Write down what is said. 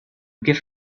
give